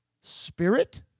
spirit